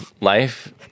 life